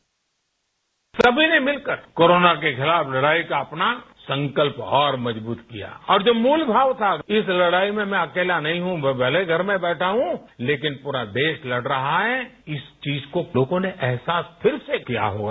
bite सभी ने मिलकर कोरोना के खिलाफ लड़ाई का अपना संकल्प और मजबूत किया और जब मूल भाव था इस लड़ाई में मैं अकेला नहीं हूं मैं भले ही घर में बैठा हूं लेकिन पूरा देश लड़ रहा है इस चीज का लोगों ने अहसास फिर से किया होगा